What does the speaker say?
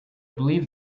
believe